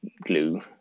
glue